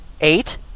Eight